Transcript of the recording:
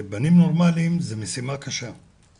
ובדרך כלל הם שייכים למשפחות עניות שאין להם,